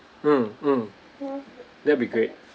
mm mm that'll be great